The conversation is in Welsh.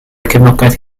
cefnogaeth